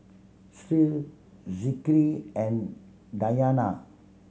Sri Zikri and Diyana